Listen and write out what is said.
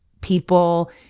people